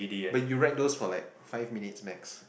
but you write those for like five minutes max